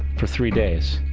for three days.